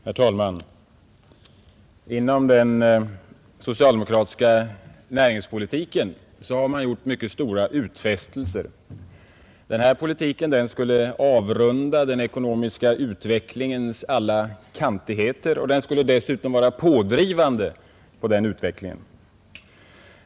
Herr talman! Inom den socialdemokratiska näringspolitiken har man gjort stora utfästelser. Denna politik skulle avrunda den ekonomiska utvecklingens alla kantigheter och dessutom vara pådrivande på denna utveckling.